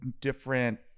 different